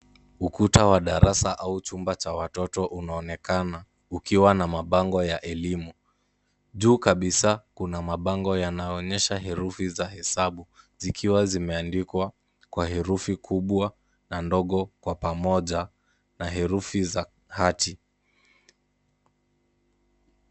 Ukuta wa darasa au chumba cha watoto unaonekana, ukiwa na mabango ya elimu, juu kabisa kuna mabango yanaonyesha herufi za hesabu, zikiwa zimeandikwa kwa herufi kubwa na ndogo kwa pamoja, na herufi za hati.